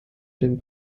den